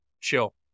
chill